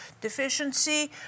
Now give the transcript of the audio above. deficiency